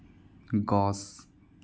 গছ